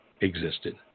existed